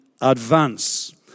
advance